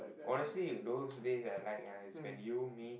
honestly those days that I like ah is when you me